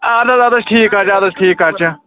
اَدٕ حظ اَدٕ حظ ٹھیٖک حظ چھُ اَدٕ حظ ٹھیٖک حظ چھُ